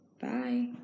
Bye